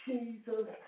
Jesus